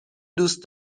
دوست